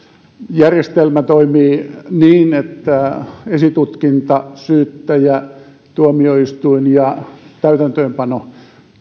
järjestelmä toimii niin että esitutkinta syyttäjä tuomioistuin ja täytäntöönpano